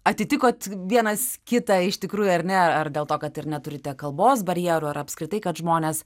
atitikot vienas kitą iš tikrųjų ar ne ar dėl to kad ir neturite kalbos barjerų ar apskritai kad žmonės